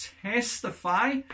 testify